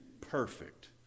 perfect